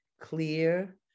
clear